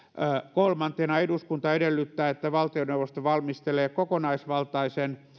kolmantena eduskunta edellyttää että valtioneuvosto valmistelee kokonaisvaltaisen